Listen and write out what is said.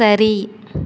சரி